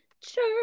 church